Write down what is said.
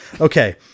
okay